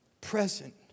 present